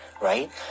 right